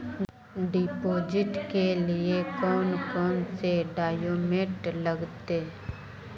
Deposit के लिए कौन कौन से डॉक्यूमेंट लगते?